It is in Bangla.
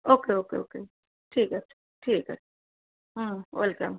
ও কে ও কে ও কে ঠিক আছে ঠিক আছে হুম ওয়েলকাম